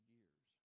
years